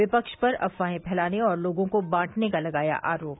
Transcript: विपक्ष पर अफवाहें फैलाने और लोगों को बांटने का लगाया आरोप